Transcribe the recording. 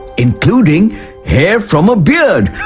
including hair from a beard.